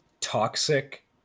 toxic